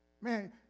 man